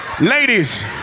Ladies